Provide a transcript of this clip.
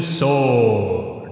Sword